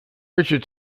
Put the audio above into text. richard